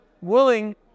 willing